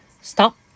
Stop